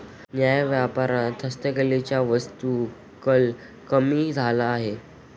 न्याय्य व्यापारात हस्तकलेच्या वस्तूंचा कल कमी झाला आहे